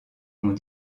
ont